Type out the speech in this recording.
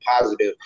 positive